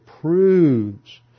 proves